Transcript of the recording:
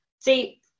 See